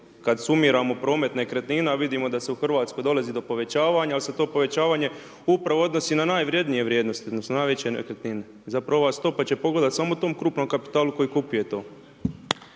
kada sumiramo promet nekretnina, vidimo da se u Hrvatskoj dolazi do povećavanja, jer se to povećavanje upravo odnosi na najvrijednije vrijednosti, odnosno, najveće nekretnine. Zapravo ova stopa će pogodovati samo tom krupnom kapitalu koji kupuje to.